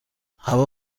هوا